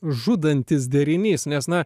žudantis derinys nes na